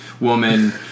woman